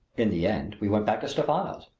in the end we went back to stephano's.